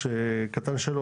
פסקה (3),